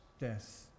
death